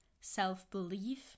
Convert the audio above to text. self-belief